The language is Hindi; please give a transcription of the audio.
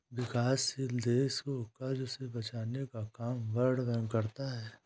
विकासशील देश को कर्ज से बचने का काम वर्ल्ड बैंक करता है